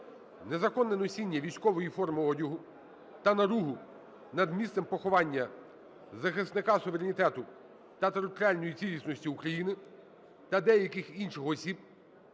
незаконне носіння військової форми одягу та наругу над місцем поховання захисника суверенітету та територіальної цілісності України та деяких інших осіб